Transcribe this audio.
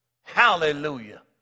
hallelujah